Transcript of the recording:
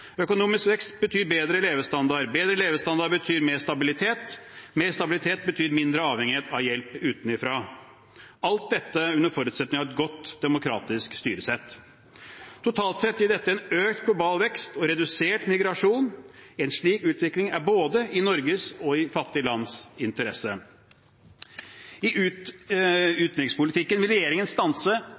økonomisk vekst betyr bedre levestandard, bedre levestandard betyr mer stabilitet, mer stabilitet betyr mindre avhengighet av hjelp utenfra – alt dette under forutsetning av et godt, demokratisk styresett. Totalt sett gir dette økt global vekst og redusert migrasjon. En slik utvikling er både i Norges og i fattige lands interesse. I utenrikspolitikken vil regjeringen stanse